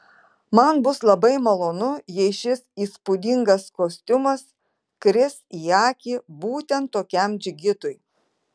man bus labai malonu jei šis įspūdingas kostiumas kris į akį būtent tokiam džigitui